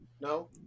No